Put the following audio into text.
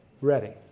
Ready